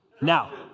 Now